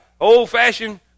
old-fashioned